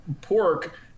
pork